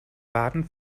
baden